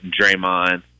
Draymond